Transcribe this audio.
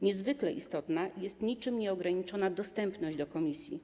Niezwykle istotna jest niczym nieograniczona dostępność komisji.